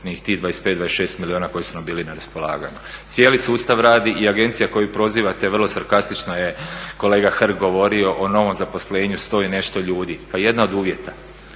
ni tih 25, 26 milijuna koji su nam bili na raspolaganju. Cijeli sustav radi i agencija koju prozivate vrlo sarkastično je kolega Hrg govorio o novom zaposlenju sto i nešto ljudi. Pa jedan od uvjeta,